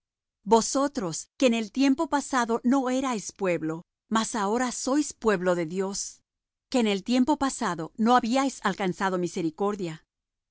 vosotros que en el tiempo pasado no erais pueblo mas ahora sois pueblo de dios que en el tiempo pasado no habíais alcanzado misericordia